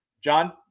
John